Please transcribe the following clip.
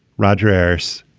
roger ayres,